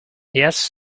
yes